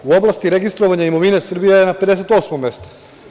U oblasti registrovanja imovine Srbija je 58 mestu.